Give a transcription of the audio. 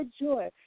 joy